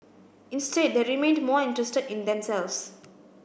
instead they remained more interested in themselves